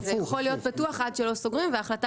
זה יכול להיות פתוח עד שלא סוגרים וההחלטה